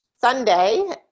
sunday